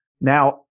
Now